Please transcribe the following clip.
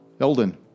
Eldon